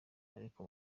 ariko